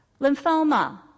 lymphoma